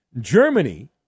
Germany